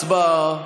הצבעה.